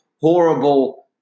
horrible